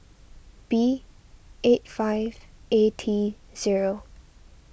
B eight five A T zero